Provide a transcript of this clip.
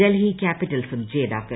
ഡൽഹി ക്യാപിറ്റൽസും ജേതാക്കൾ